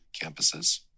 campuses